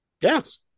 Yes